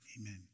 amen